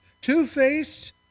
two-faced